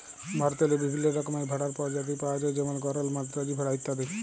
ভারতেল্লে বিভিল্ল্য রকমের ভেড়ার পরজাতি পাউয়া যায় যেমল গরল, মাদ্রাজি ভেড়া ইত্যাদি